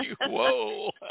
Whoa